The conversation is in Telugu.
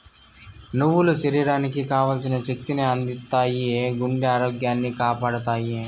నువ్వులు శరీరానికి కావల్సిన శక్తి ని అందిత్తాయి, గుండె ఆరోగ్యాన్ని కాపాడతాయి